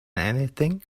anything